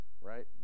right